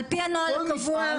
על פי הנוהל הקבוע.